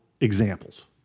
examples